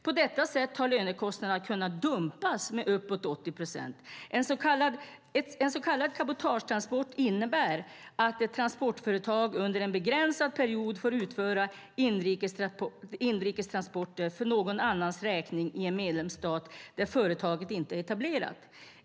På detta sätt har lönekostnaderna kunnat dumpas med uppåt 80 procent. En så kallad cabotagetransport innebär att ett transportföretag under en begränsad period får utföra inrikestransporter för någon annans räkning i en medlemsstat där företaget inte är etablerat.